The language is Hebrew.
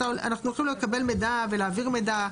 אנחנו הולכים לקבל מידע ולהעביר מידע.